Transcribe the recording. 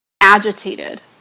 agitated